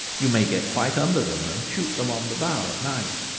you may get quite under them and shoot them on the bough at night.